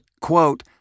quote